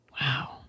Wow